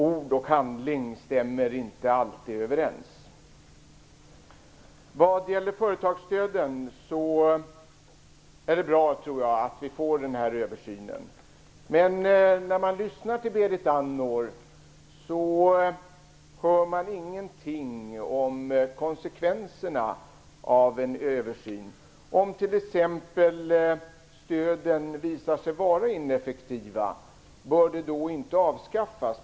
Ord och handling stämmer inte alltid överens. Vad gäller företagsstöden är det bra att vi får en översyn. Men när man lyssnar till Berit Andnor hör man ingenting om konsekvenserna av en översyn. Om t.ex. stöden visar sig vara ineffektiva, bör de då inte avskaffas?